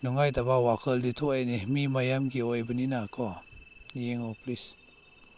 ꯅꯨꯡꯉꯥꯏꯇꯕ ꯋꯥꯈꯜꯗꯤ ꯊꯣꯛꯑꯦꯅꯦ ꯃꯤ ꯃꯌꯥꯝꯒꯤ ꯑꯣꯏꯕꯅꯤꯅ ꯀꯣ ꯌꯦꯡꯉꯣ ꯄ꯭ꯂꯤꯁ